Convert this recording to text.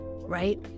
right